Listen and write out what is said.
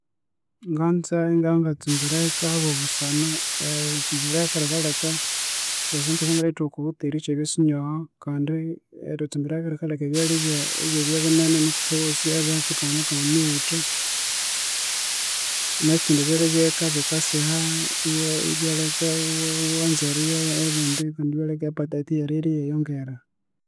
Nganza inga ngatsumbireka, habwabusana eritsumbireka rikalheka syasente syangalyathuha okohutheri isyabya sinyoho, kandi eritsumbireka rikalheka, ebyalya ebyabya binene, nuku ithwebosi abeka ithwabya thwanganiwutha, nyekindi byalya byeka bikasiha iwa- ibyalheka iwa- wanza erirya ebindi, ebindi ibyalheka epatayiti eyerirya iyayongera